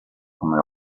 come